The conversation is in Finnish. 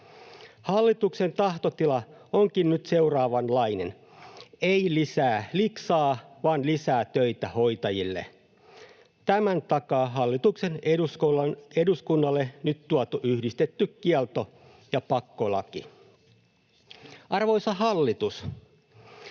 Hallituksen tahtotila onkin nyt seuraavanlainen: ei lisää liksaa vaan lisää töitä hoitajille. Tämän takaa hallituksen eduskunnalle nyt tuotu yhdistetty kielto- ja pakkolaki. Arvoisa hallitus,